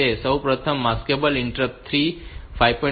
તેથી સૌ પ્રથમ આ માસ્કેબલ ઇન્ટરપ્ટ્સ 3 5